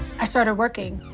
i started working.